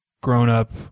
grown-up